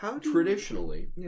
traditionally